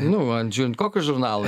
nu ant žiūrint kokio žurnalo